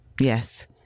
Yes